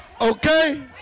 Okay